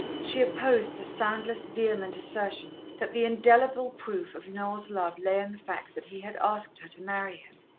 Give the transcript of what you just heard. she opposed the soundless, vehement assertions, that the indelible proof of noel's love lay in the fact that he had asked her to marry him.